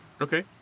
Okay